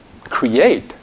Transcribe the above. create